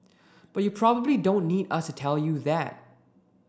but you probably don't need us to tell you that